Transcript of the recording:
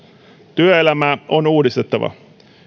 työelämää on uudistettava